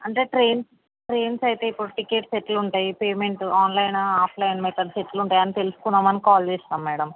అంటే train trains అయితే ఇప్పుడు టికెట్స్ ఎట్లా ఉంటాయి పేమెంట్ ఆన్లైన్ ఆఫ్లైన్ మెథడ్స్ ఎట్ల ఉంటాయా అని తెలుసుకుందాం అని మని కాల్ చేసినాం మేడం